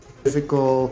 physical